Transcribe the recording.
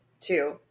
Two